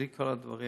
בלי כל הדברים,